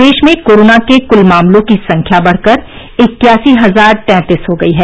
प्रदेश में कोरोना के कुल मामलों की संख्या बढ़कर इक्यासी हजार तैंतीस हो गई है